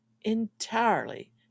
Entirely